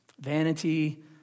Vanity